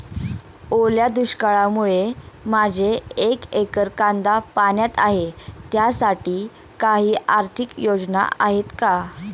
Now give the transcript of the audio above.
ओल्या दुष्काळामुळे माझे एक एकर कांदा पाण्यात आहे त्यासाठी काही आर्थिक योजना आहेत का?